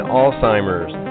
Alzheimer's